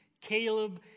Caleb